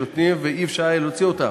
ולא היה אפשר להוציא אותם,